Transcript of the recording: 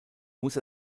muss